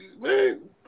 man